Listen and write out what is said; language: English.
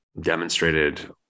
demonstrated